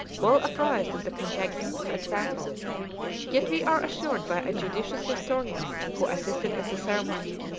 well apprised of the contagion of example yet we are assured by a judicious historian, who assisted at the ceremony,